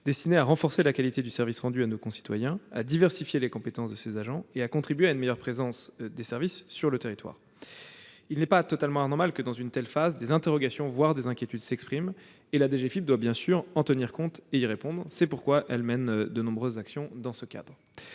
destinée à renforcer la qualité du service rendu à nos concitoyens, à diversifier les compétences de ses agents et à contribuer à une meilleure présence des services sur le territoire. Il n'est pas anormal que, dans une telle phase, des interrogations, voire des inquiétudes s'expriment. La DGFiP doit en tenir compte et y répondre. C'est pourquoi elle mène de nombreuses actions dans ce cadre.